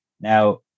Now